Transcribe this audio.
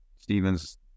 Stevens